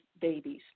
babies